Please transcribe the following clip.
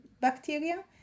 bacteria